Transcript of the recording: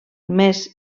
més